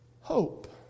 hope